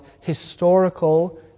historical